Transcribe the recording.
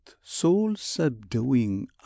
soul-subduing